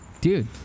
Dude